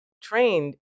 trained